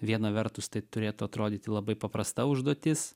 viena vertus tai turėtų atrodyti labai paprasta užduotis